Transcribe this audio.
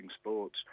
sports